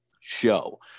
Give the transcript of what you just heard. show